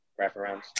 wraparounds